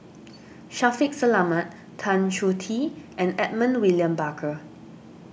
Shaffiq Selamat Tan Choh Tee and Edmund William Barker